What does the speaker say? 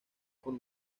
con